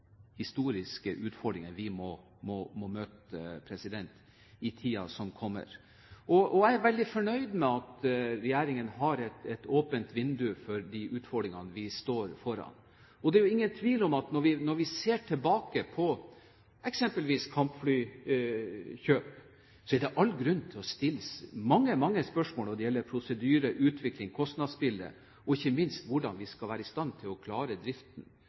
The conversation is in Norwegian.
historiske utfordringen vi må møte i tiden som kommer. Jeg er veldig fornøyd med at regjeringen har et åpent vindu mot de utfordringene vi står overfor. Det er jo ingen tvil om at når vi ser tilbake på eksempelvis kampflykjøp, er det all grunn til å stille mange, mange spørsmål når det gjelder prosedyrer, utvikling og kostnadsbilde, og ikke minst når det gjelder hvordan vi skal være i stand til å klare driften